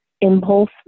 impulse